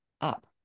up